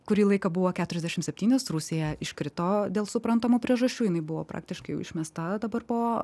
kurį laiką buvo keturiasdešim septynios rusija iškrito dėl suprantamų priežasčių jinai buvo praktiškai išmesta dabar po